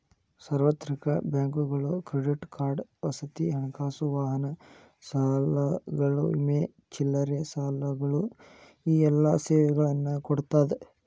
ಸಾರ್ವತ್ರಿಕ ಬ್ಯಾಂಕುಗಳು credit card ವಸತಿ ಹಣಕಾಸು ವಾಹನ ಸಾಲಗಳು ವಿಮೆ ಚಿಲ್ಲರೆ ಸಾಲಗಳು ಈ ಎಲ್ಲಾ ಸೇವೆಗಳನ್ನ ಕೊಡ್ತಾದ